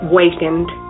wakened